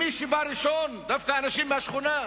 מי שבא ראשון, דווקא אנשים מהשכונה,